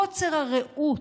עם קוצר הראות,